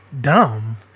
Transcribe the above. dumb